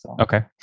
Okay